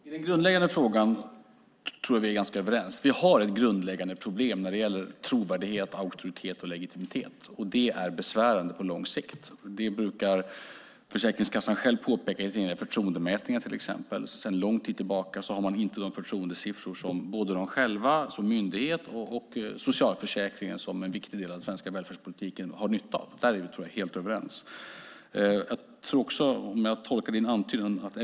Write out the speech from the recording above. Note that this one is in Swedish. Fru talman! I den grundläggande frågan tror jag att vi är ganska överens. Vi har ett grundläggande problem när det gäller trovärdighet, auktoritet och legitimitet. Det är besvärande på lång sikt. Det brukar Försäkringskassan själv påpeka i sina förtroendemätningar. Sedan lång tid tillbaka har man inte de förtroendesiffror som de själva som myndighet och socialförsäkringen som en viktig del av den svenska välfärdspolitiken har nytta av. Där tror jag att vi är helt överens.